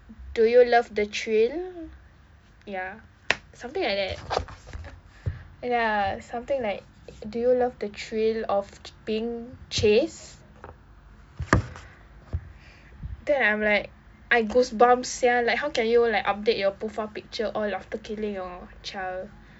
do you love the thrill ya something like that ya something like do you love the thrill of ch~ being chased then I'm like I goosebumps [sial] like how can you like update your profile picture after killing your child